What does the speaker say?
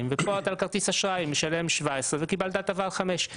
וכאן אתה על כרטיס אשראי משלם 17 וקיבלת הטבה על חמישה שקלים.